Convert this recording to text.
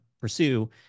pursue